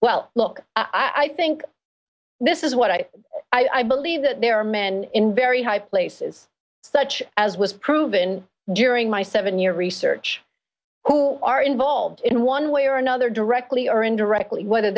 well look i think this is what i i believe that there are men in very high places such as was proven during my seven year research who are involved in one way or or another directly and directly whether